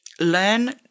learn